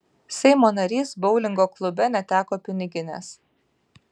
seimo narys boulingo klube neteko piniginės